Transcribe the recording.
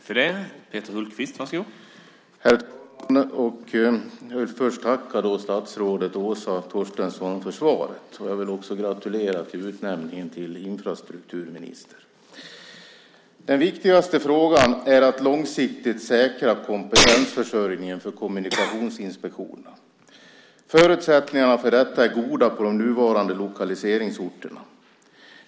Herr talman! Jag vill först tacka statsrådet Åsa Torstensson för svaret. Jag vill också gratulera till utnämningen till infrastrukturminister. Den viktigaste frågan är att långsiktigt säkra kompetensförsörjningen för kommunikationsinspektionerna. Förutsättningarna för detta är goda på de nuvarande lokaliseringsorterna.